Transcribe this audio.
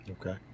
Okay